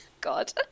God